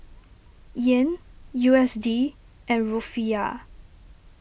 Yen U S D and Rufiyaa